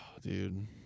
Dude